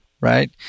Right